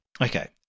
Okay